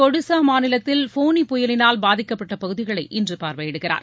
ஜடிசா மாநிலத்தில் ஃபோனி புயலினால் பாதிக்கப்பட்ட பகுதிகளை இன்று பார்வையிடுகிறார்